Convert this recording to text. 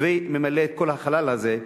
וממלא את כל החלל הזה,